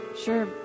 Sure